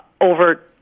over